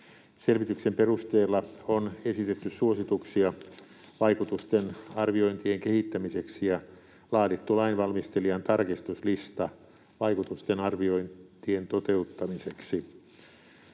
Selvityksen perusteella on esitetty suosituksia vaikutusarviointien kehittämiseksi ja laadittu lainvalmistelijan tarkistuslista vaikutusarviointien toteuttamiseksi.